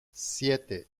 siete